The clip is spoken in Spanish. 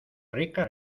rica